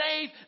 save